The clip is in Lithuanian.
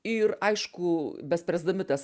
ir aišku bespręsdami tas